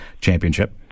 championship